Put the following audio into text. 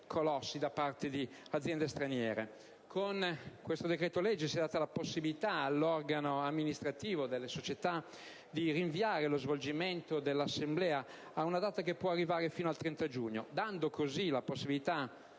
colossi da parte di aziende straniere. Con il decreto-legge in esame viene data la possibilità all'organo amministrativo delle società di rinviare lo svolgimento dell'assemblea ad una data che può arrivare fino al 30 giugno, dando in tal modo la possibilità